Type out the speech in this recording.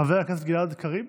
חבר הכנסת גלעד קריב,